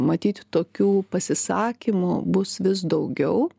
matyt tokių pasisakymų bus vis daugiau